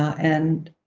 and